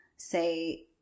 say